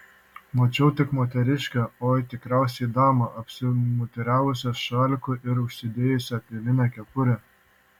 mačiau tik moteriškę oi tikriausiai damą apsimuturiavusią šaliku ir užsidėjusią kailinę kepurę